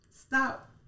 Stop